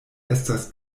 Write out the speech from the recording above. estas